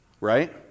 right